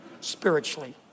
Spiritually